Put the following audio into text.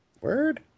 Word